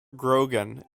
grogan